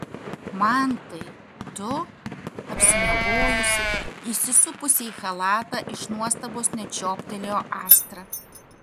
mantai tu apsimiegojusi įsisupusi į chalatą iš nuostabos net žioptelėjo astra